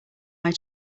eye